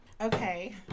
Okay